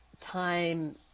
time